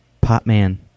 Potman